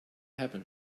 happen